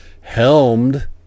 helmed